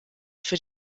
für